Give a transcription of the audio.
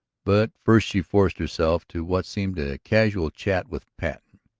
but first she forced herself to what seemed a casual chat with patten,